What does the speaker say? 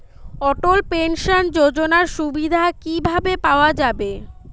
অটল pension যোজনার সুবিধা কি ভাবে পাওয়া যাবে?